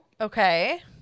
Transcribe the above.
Okay